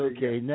Okay